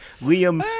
Liam